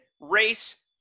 race